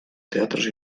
teatros